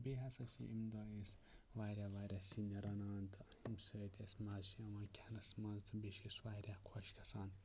بیٚیہِ ہَسا چھِ ایٚمہِ دۄہ أسۍ واریاہ واریاہ سِنۍ رَنان تہٕ ییٚمہِ سۭتۍ اَسہِ مَزٕ چھُ یِوان کھٮ۪نَس منٛز تہٕ بیٚیہِ چھِ أسۍ واریاہ خۄش گَژھان